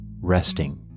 Resting